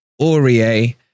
Aurier